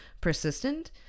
persistent